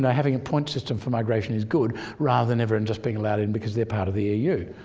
and having a point system for migration is good rather than everyone just being allowed in because they're part of the ah eu.